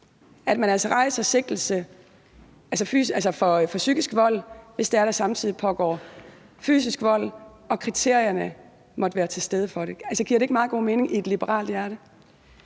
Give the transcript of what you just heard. altså rejser sigtelse for psykisk vold, hvis der samtidig pågår fysisk vold og kriterierne måtte være til stede for det? Giver det ikke meget god mening i et liberalt hjerte?